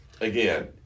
again